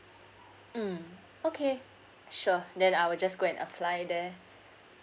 mm okay sure then I'll just go and apply there